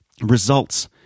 results